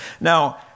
Now